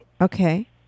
Okay